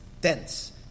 dense